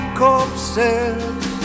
corpses